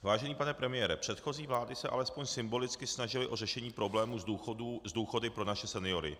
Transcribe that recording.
Vážený pane premiére, předchozí vlády se alespoň symbolicky snažily o řešení problému s důchody pro naše seniory.